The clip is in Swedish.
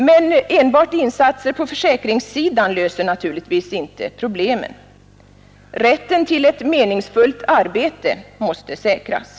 Men enbart insatser på försäkringssidan löser naturligtvis inte problemen. Rätten till ett meningsfullt arbete måste säkras.